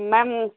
ma'am